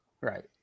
Right